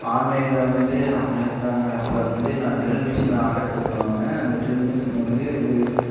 ஆன்லைனில் வந்து அமேசான் ஆப்பில் வந்து நான் ட்ரில் மிஷின் ஆடர் செஞ்சு வாங்கினேன் அந்த ட்ரில் மிஷின் வந்து ஒரு